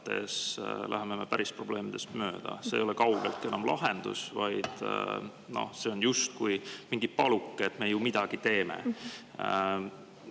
läheme me päris probleemidest mööda. See ei ole kaugeltki enam lahendus, vaid justkui mingi paluke – me ju midagi teeme.